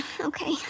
Okay